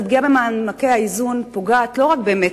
אז הפגיעה במענקי האיזון פוגעת לא רק, באמת,